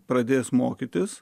pradės mokytis